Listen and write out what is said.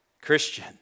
Christian